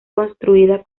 construida